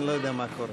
אני לא יודע מה קורה.